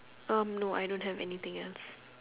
um no I don't have anything else